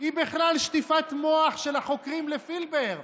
היא בכלל שטיפת מוח של החוקרים לפילבר.